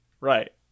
right